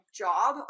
job